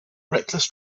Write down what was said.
reckless